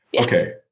Okay